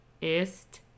ist